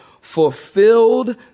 fulfilled